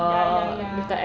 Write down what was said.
ya ya ya